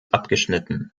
abgeschnitten